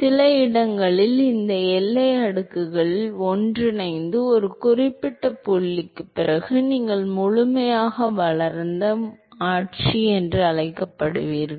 சில இடங்களில் இந்த எல்லை அடுக்குகள் ஒன்றிணைந்து ஒரு குறிப்பிட்ட புள்ளிக்குப் பிறகு நீங்கள் முழுமையாக வளர்ந்த முழுமையாக வளர்ந்த ஆட்சி என்று அழைக்கப்படுவீர்கள்